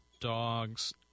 dogs